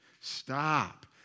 Stop